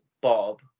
bob